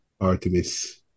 Artemis